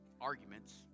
arguments